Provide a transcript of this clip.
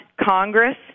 Congress